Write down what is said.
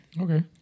Okay